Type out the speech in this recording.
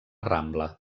rambla